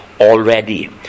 already